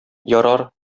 ярар